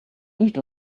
eat